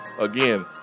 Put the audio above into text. again